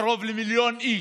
קרוב למיליון איש,